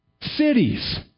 Cities